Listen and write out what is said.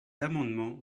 amendement